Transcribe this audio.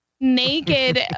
naked